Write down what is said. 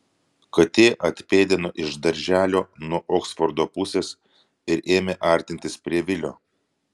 katė atpėdino iš darželio nuo oksfordo pusės ir ėmė artintis prie vilio